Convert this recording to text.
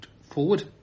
forward